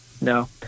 No